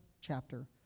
chapter